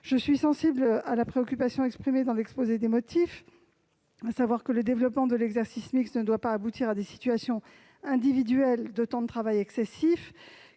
Je suis sensible à la préoccupation exprimée dans l'exposé des motifs de cet amendement, à savoir que le développement de l'exercice mixte ne doit pas aboutir à des situations individuelles de temps de travail excessif